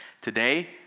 Today